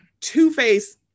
Two-Face